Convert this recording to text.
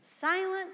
silence